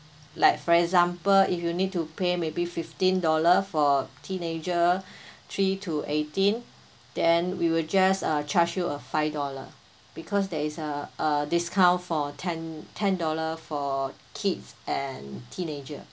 like for example if you need to pay maybe fifteen dollar for teenager three to eighteen then we will just uh charge you uh five dollar because there is uh a discount for ten ten dollar for kids and teenager